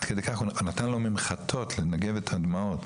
אוריאל נתן לו ממחטות לנגב את הדמעות.